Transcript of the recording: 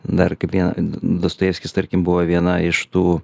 dar kaip vieną dostojevskis tarkim buvo viena iš tų